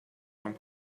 from